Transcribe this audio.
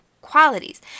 qualities